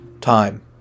time